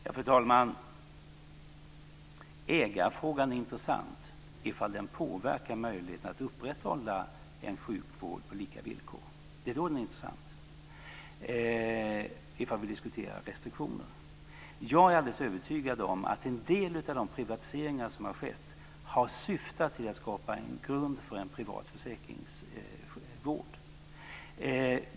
Fru talman! Ägarfrågan är intressant om den påverkar möjligheten att upprätthålla en sjukvård på lika villkor. Det är då den är intressant, om vi diskuterar restriktioner. Jag är alldeles övertygad om att en del av de privatiseringar som har skett har syftat till att skapa grund för en privat försäkringsvård.